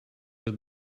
was